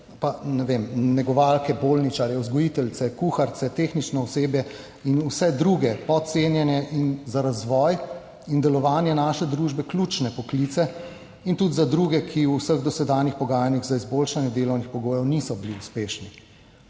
pa, ne vem, negovalke, bolničarje, vzgojiteljice, kuharice, tehnično osebje in vse druge podcenjene in za razvoj 14. TRAK: (VP) 11.05 (nadaljevanje) in delovanje naše družbe ključne poklice, in tudi za druge, ki v vseh dosedanjih pogajanjih za izboljšanje delovnih pogojev niso bili uspešni.